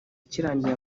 kirangiye